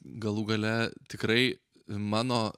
galų gale tikrai mano